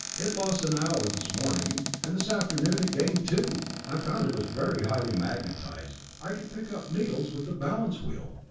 it lost an hour this morning, and this afternoon it gained two. i found it was very highly magnetized i could pick up needles with the balance wheel.